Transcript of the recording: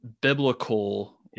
biblical